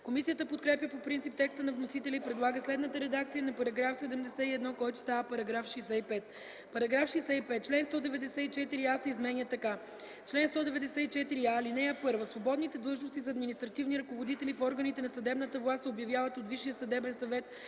Комисията подкрепя по принцип текста на вносителя и предлага следната редакция на § 71, който става § 65: § 65. Член 194а се изменя така: „Чл. 194а. (1) Свободните длъжности за административни ръководители в органите на съдебната власт се обявяват от Висшия съдебен съвет